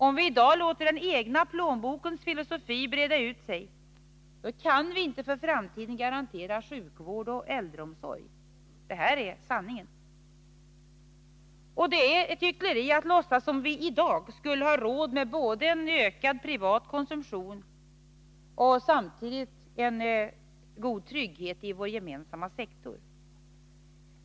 Om vi i dag låter den egna plånbokens filosofi breda ut sig, kan vi inte för framtiden garante;. sjukvård och äldreomsorg. Detta är sanningen. Det är hyckleri att låtsas som om vi i dag skulle ha råd med både en ökad privat konsumtion och samtidigt en god trygghet i vår gemensamma sektor.